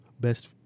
Best